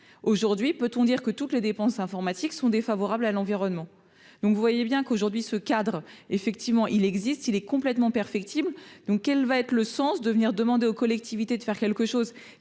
aujourd'hui, peut-on dire que toutes les dépenses informatiques sont défavorables à l'environnement donc, vous voyez bien qu'aujourd'hui ce cadre effectivement il existe, il est complètement perfectible, donc quel va être le sens de venir demander aux collectivités de faire quelque chose